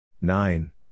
nine